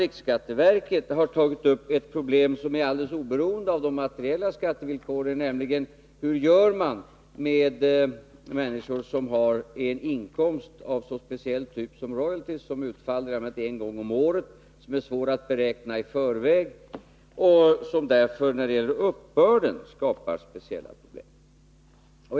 Riksskatteverket däremot har tagit upp ett problem som är alldeles oberoende av de materiella skattevillkoren, nämligen hur man skall göra med människor som har en inkomst av så speciell typ som royalty, som i allmänhet utfaller en gång om året, som är svår att beräkna i förväg och som därför skapar speciella problem när det gäller uppbörden.